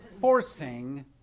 forcing